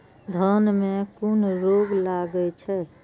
धान में कुन रोग लागे छै?